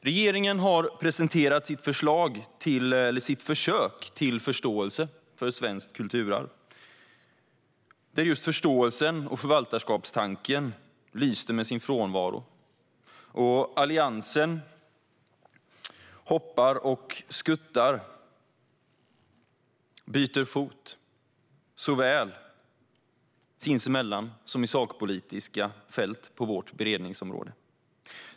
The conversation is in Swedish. Regeringen har presenterat sitt försök till förståelse för svenskt kulturarv där just förståelsen och förvaltarskapstanken lyste med sin frånvaro. Alliansen hoppar, skuttar och byter fot såväl sinsemellan som i sakpolitiska fält på utskottets beredningsområde.